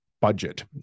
Budget